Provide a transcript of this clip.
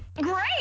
Great